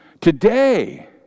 Today